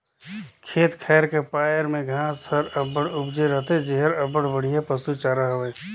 खेत खाएर का पाएर में घांस हर अब्बड़ उपजे रहथे जेहर अब्बड़ बड़िहा पसु चारा हवे